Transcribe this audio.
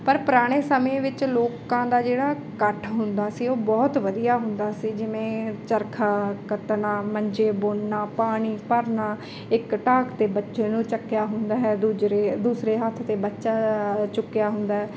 ਪਰ ਪੁਰਾਣੇ ਸਮੇਂ ਵਿੱਚ ਲੋਕਾਂ ਦਾ ਜਿਹੜਾ ਇਕੱਠ ਹੁੰਦਾ ਸੀ ਉਹ ਬਹੁਤ ਵਧੀਆ ਹੁੰਦਾ ਸੀ ਜਿਵੇਂ ਚਰਖਾ ਕੱਤਣਾ ਮੰਜੇ ਬੁਣਨਾ ਪਾਣੀ ਭਰਨਾ ਇੱਕ ਢਾਕ 'ਤੇ ਬੱਚੇ ਨੂੰ ਚੁੱਕਿਆ ਹੁੰਦਾ ਹੈ ਦੂਜਰੇ ਦੂਸਰੇ ਹੱਥ 'ਤੇ ਬੱਚਾ ਚੁੱਕਿਆ ਹੁੰਦਾ